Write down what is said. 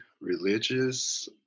religious